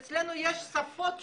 אצלנו יש שפות שונות.